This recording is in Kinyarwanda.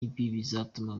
bizatuma